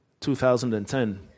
2010